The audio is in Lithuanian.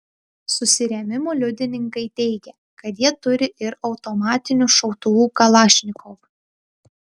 susirėmimų liudininkai teigia kad jie turi ir automatinių šautuvų kalašnikov